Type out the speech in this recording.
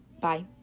Bye